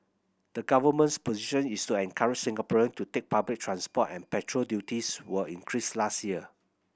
the government position is to encourage Singaporean to take public transport and petrol duties were increased last year